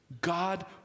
God